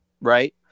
right